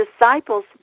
disciples